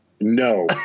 No